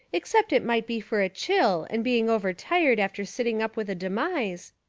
except it might be for a chill and being overtired after sitting up with a demise